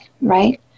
right